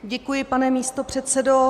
Děkuji, pane místopředsedo.